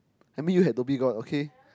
I meet you at Dhoby-Ghaut okay